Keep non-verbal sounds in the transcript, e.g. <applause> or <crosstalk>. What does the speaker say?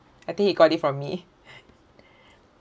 I think he got it from me <laughs>